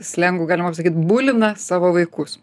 slengu galima pasakyt bulina savo vaikus